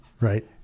right